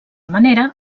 manera